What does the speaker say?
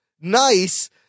nice